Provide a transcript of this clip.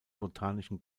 botanischen